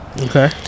okay